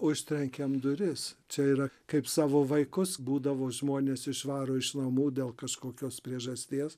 užtrenkiam duris čia yra kaip savo vaikus būdavo žmonės išvaro iš namų dėl kažkokios priežasties